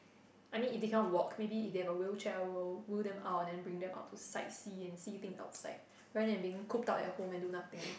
I mean if they cannot walk maybe if they have a wheelchair I will wheel them out and then bring them out to sight see and see things outside rather than being cooped up at home and do nothing